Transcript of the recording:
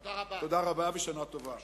תודה רבה ושנה טובה.